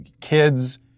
kids